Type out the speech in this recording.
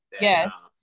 yes